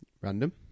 Random